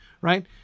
Right